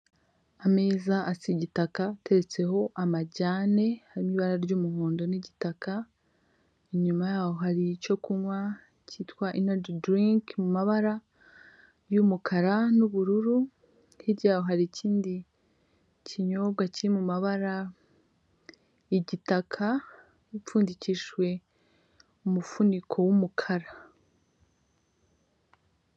Ameza asa igitaka ateretseho amajyane harimo ibara ry'umuhondo n'igitaka inyuma yaho hari icyo kunywa kitwa inaji dirinki mu mabara y'umukara n'ubururu hirya yaho hari ikindi kinyobwa kiri mu mabara y'igitaka gipfundikije umufuniko w'umukara.